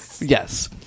Yes